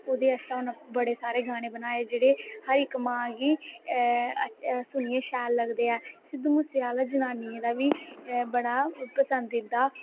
ओह्दै आस्तै उन्नै बड़े सारे गाने बनाए जेह्ड़े हर इक मां गी सुनियै सैल लगदे ऐं सिध्दू मूसे आह्ला जनानियें दा बी बड़ा पसंदिदा